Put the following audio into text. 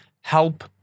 help